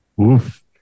oof